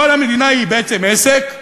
כל המדינה היא עסק,